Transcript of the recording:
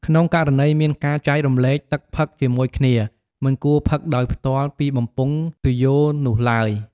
ក្នុងករណីមានការចែករំលែកទឹកផឹកជាមួយគ្នា មិនគួរផឹកដោយផ្ទាល់ពីបំពង់ទុយោនោះឡើយ។